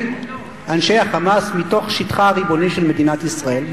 אנשי ה"חמאס" מתוך שטחה הריבוני של מדינת ישראל,